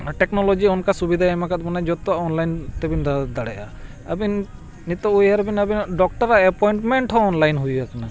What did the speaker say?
technology ᱚᱱᱠᱟ ᱥᱩᱵᱤᱫᱟᱭ ᱮᱢᱟᱠᱟᱫ ᱵᱚᱱᱟ ᱡᱚᱛᱚ ᱚᱱᱞᱟᱭᱤᱱ ᱛᱮᱵᱮᱱ ᱫᱟᱲᱮ ᱫᱟᱲᱮᱭᱟᱜᱼᱟ ᱟᱹᱵᱤᱱ ᱱᱤᱛᱚᱜ ᱩᱭᱦᱟᱹᱨ ᱵᱮᱱ ᱟᱵᱮᱱ ᱰᱚᱠᱴᱚᱨᱟᱜ ᱮᱯᱚᱭᱮᱱᱴᱢᱮᱱᱴ ᱦᱚᱸ ᱚᱱᱞᱟᱭᱤᱱ ᱦᱩᱭ ᱟᱠᱟᱱᱟ